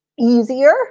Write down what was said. easier